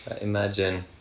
imagine